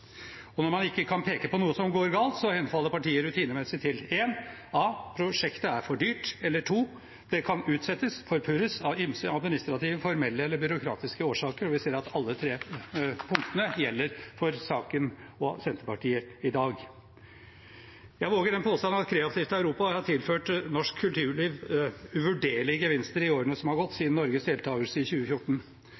Norge. Når man ikke kan peke på noe som går galt, henfaller partiet rutinemessig til enten at prosjektet er for dyrt, eller at det kan utsettes eller forpurres av ymse administrative, formelle eller byråkratiske årsaker. Vi ser at alle punktene gjelder for saken og Senterpartiet i dag. Jeg våger den påstand at Kreativt Europa har tilført norsk kulturliv uvurderlige gevinster i årene som har gått